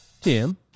Tim